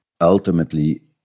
ultimately